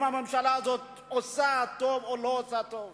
אם הממשלה הזאת עושה טוב או לא עושה טוב.